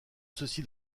ceci